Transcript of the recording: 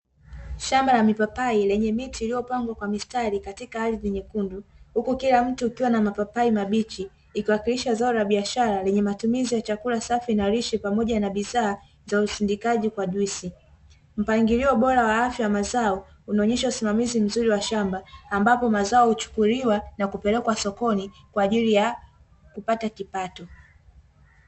Shamba la mipapai lenye miti iliyopangwa kwa mistari katika ardhi nyekundu, huku kila mti ukiwa na mapapai mabichi ikawakilisha zao la biashara lenye matumizi ya chakula safi na lishe pamoja na bidhaa za usindikaji kwa juisi, mpangilio wa bwalo la afya wa mazao unaonesha usimamizi mzuri wa shamba ambapo mazao huchukuliwa na kupelekwa sokoni kwa ajili ya kupata kipato.